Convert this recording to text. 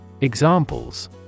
Examples